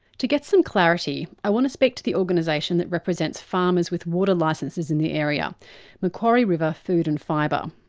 to get some clarity i want to speak to the organisation that represents farmers with water licences in this area macquarie river food and fibre.